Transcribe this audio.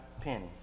penny